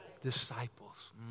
disciples